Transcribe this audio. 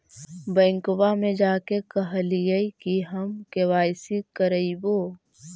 बैंकवा मे जा के कहलिऐ कि हम के.वाई.सी करईवो?